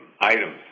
items